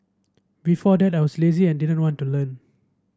before that I was lazy and didn't want to learn